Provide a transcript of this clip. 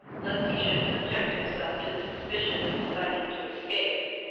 lest he should subject himself to the suspicion of designing to escape.